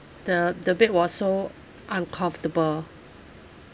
the the bed was so uncomfortable